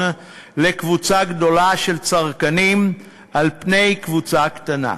לקבוצה גדולה של צרכנים על פני קבוצה קטנה.